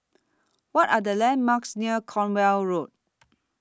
What Are The landmarks near Cornwall Road